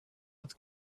het